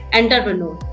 entrepreneur